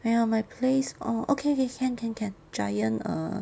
!aiya! my place orh okay can can can giant err